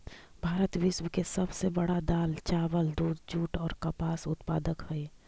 भारत विश्व के सब से बड़ा दाल, चावल, दूध, जुट और कपास उत्पादक हई